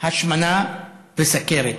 השמנה וסוכרת.